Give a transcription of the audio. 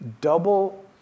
double